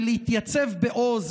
ולהתייצב בעוז,